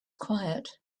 quiet